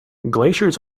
glaciers